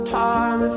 time